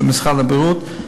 של משרד הבריאות,